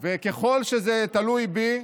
וככל שזה תלוי בי,